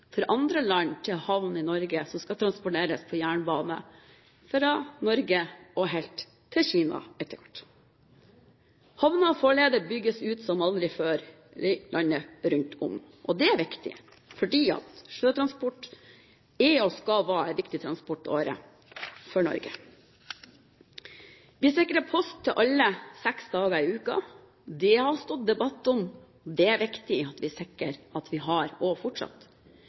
fra andre land til havn i Norge som skal transporteres på jernbane fra Norge og helt til Kina. Havner og farleder bygges ut som aldri før rundt om i landet. Det er viktig fordi sjøtransport er – og skal være – en viktig transportåre for Norge. Vi sikrer post til alle seks dager i uken. Det har det vært debatt om, og det er viktig at vi sikrer at vi fortsatt har det. Vi bygger fortsatt